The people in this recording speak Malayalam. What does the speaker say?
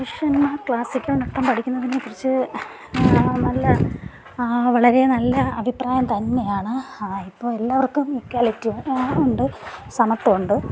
പുരുഷന്മാർ ക്ലാസിക്കൽ നൃത്തം പഠിക്കുന്നതിനെക്കുറിച്ച് നല്ല വളരെ നല്ല അഭിപ്രായം തന്നെയാണ് ഇപ്പോൾ എല്ലാവർക്കും ഇക്വാലിറ്റി ഉണ്ട് സമത്വം ഉണ്ട്